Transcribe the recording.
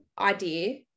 idea